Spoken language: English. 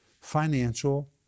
financial